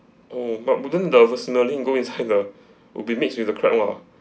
oh but wouldn't the vermicelli go inside the will be mixed with the crab lah